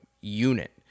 unit